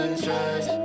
trust